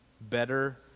Better